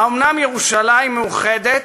האומנם ירושלים מאוחדת,